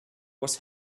was